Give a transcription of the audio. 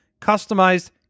customized